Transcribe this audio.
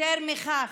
יותר מכך,